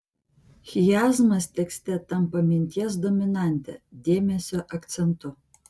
chiazmas tekste tampa minties dominante dėmesio akcentu